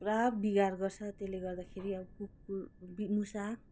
पुरा बिगार गर्छ त्यसले गर्दाखेरि अब कुकुर मुसा